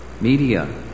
media